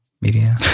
Media